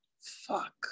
Fuck